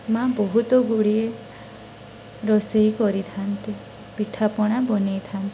ମା ବହୁତ ଗୁଡ଼ିଏ ରୋଷେଇ କରିଥାନ୍ତି ପିଠାପଣା ବନେଇଥାନ୍ତି